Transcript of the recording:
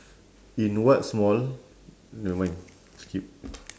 in what small nevermind skip